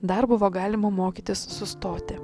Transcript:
dar buvo galima mokytis sustoti